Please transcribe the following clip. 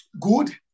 good